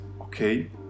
okay